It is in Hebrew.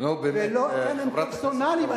זו בעיה שהם פרסונליים.